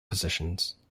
positions